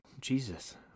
Jesus